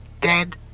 Dead